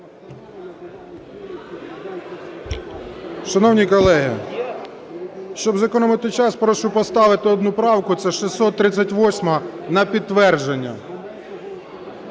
Шановні колеги, щоб зекономити час, прошу поставити одну правку - це 638-а, - на підтвердження.